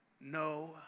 no